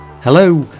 Hello